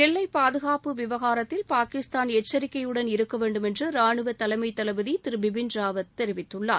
எல்லை பாதுகாப்பு விவகாரத்தில் பாகிஸ்தான் எக்சரிக்கையுடன் இருக்க வேண்டும் என்று ரானுவத் தலைமை தளபதி திரு பிபின் ராவத் கூறியுள்ளார்